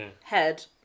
head